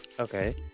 Okay